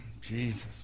Jesus